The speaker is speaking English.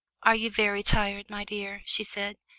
are you very tired, my dear? she said.